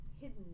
hidden